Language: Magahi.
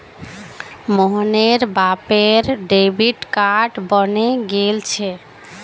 मोहनेर बापेर डेबिट कार्ड बने गेल छे